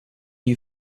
you